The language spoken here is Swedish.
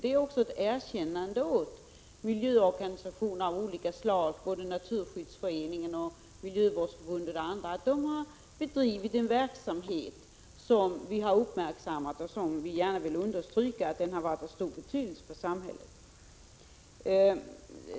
Det är också ett erkännande åt miljöorganisationer av olika slag, både naturskyddsföreningen och miljövårdsförbundet och andra sammanslutningar att de har bedrivit en verksamhet som vi har uppmärksammat och som vi vill understryka har varit av stor betydelse för samhället.